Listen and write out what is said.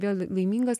vėl laimingas